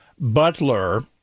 Butler